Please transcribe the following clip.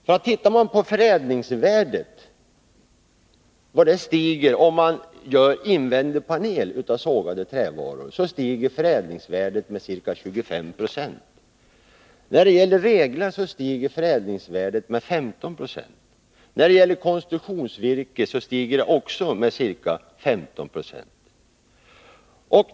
Man ser klart att förädlingsvärdet stiger med ca 25 76 om man gör invändig panel av sågade trävaror; om man gör reglar eller konstruktionsvirke stiger förädlingsvärdet med 15 96.